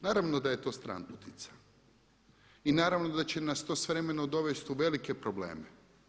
Naravno da je to stranputica i naravno da će nas to s vremenom dovesti u velike probleme.